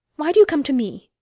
why do you come to me?